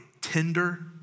tender